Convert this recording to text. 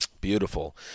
Beautiful